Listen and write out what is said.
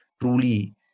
truly